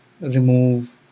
remove